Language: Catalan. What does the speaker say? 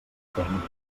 tècnics